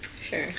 Sure